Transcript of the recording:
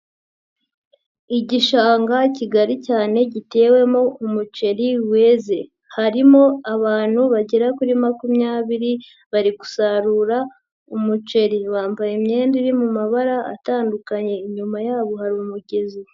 Igishanga kigari cyane gitewemo umuceri weze, harimo abantu bagera kuri makumyabiri bari gusarura umuceri bambaye imyenda iri mu mabara atandukanye, inyuma yabo hari umugezi.